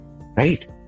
right